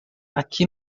aqui